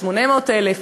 800,000,